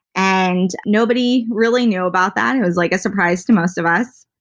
and nobody really knew about that, it was like a surprise to most of us.